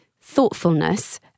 thoughtfulness